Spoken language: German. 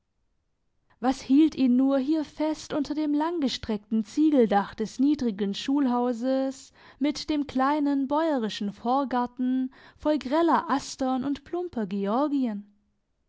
was hielt ihn nur hier fest unter dem langgestreckten ziegeldach des niedrigen schulhauses mit dem kleinen bäuerischen vorgarten voll greller astern und plumper georginen